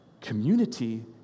Community